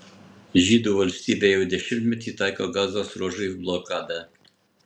žydų valstybė jau dešimtmetį taiko gazos ruožui blokadą